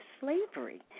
slavery